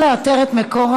תוכנית